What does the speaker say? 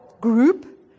group